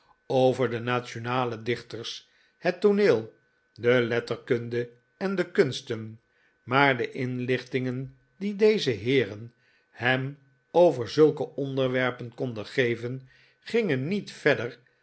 over de nationale dichters het tooneel de letterkunde en de kunsten maar de inlichtingen die deze heeren hem over zulke onderwerpen konden geven gingen niet verder